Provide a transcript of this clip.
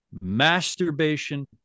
masturbation